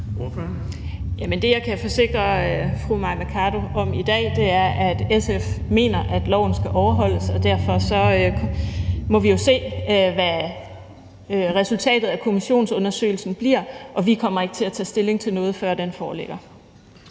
fru Mai Mercado om i dag, er, at SF mener, at loven skal overholdes, og derfor må vi jo se, hvad resultatet af kommissionsundersøgelsen bliver, og vi kommer ikke til at tage stilling til noget, før den foreligger.